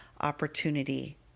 opportunity